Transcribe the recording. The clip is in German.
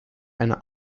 eine